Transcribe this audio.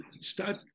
Start